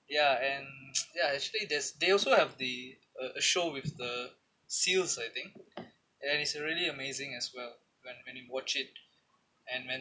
ya and ya actually there's they also have the a a show with the seals I think and it's really amazing as well when when you watch it and when